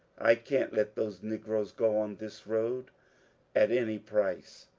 i can't let those negroes go on this road at any price.